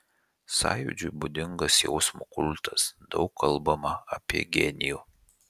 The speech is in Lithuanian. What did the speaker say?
sąjūdžiui būdingas jausmo kultas daug kalbama apie genijų